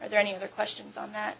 are there any other questions on that